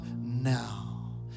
now